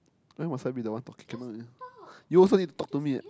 why must I be the one talking come on you also need to talk to me eh